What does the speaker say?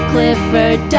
Clifford